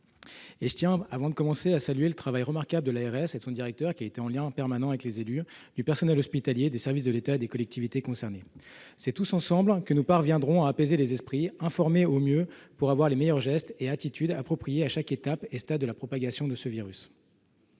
mon intervention, à saluer le travail remarquable de l'ARS et de son directeur général, qui a été en liaison permanente avec les élus, mais aussi du personnel hospitalier, des services de l'État et des collectivités concernées. C'est tous ensemble que nous parviendrons à apaiser les esprits, à informer au mieux pour avoir les gestes et attitudes appropriés à chaque stade de la propagation de ce virus.